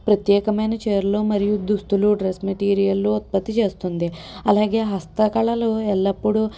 ప్రత్యేకమైన చీరలు మరియు దుస్తులు డ్రెస్ మెటీరియల్లు ఉత్పత్తి చేస్తుంది అలాగే హస్తకళలు ఎల్లప్పుడూ